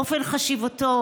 אופן חשיבתו,